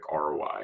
ROI